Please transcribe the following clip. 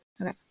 Okay